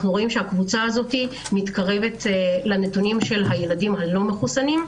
אנחנו רואים שהקבוצה הזאת מתקרבת לנתונים של הילדים הלא-מחוסנים.